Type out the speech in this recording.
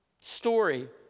story